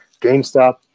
GameStop